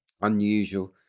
unusual